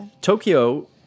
Tokyo